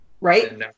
right